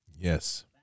Yes